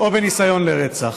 חבריי חברי הכנסת,